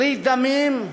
ברית דמים,